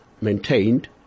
maintained